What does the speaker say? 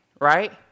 Right